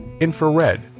infrared